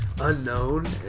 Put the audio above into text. unknown